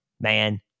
man